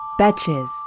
Betches